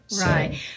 right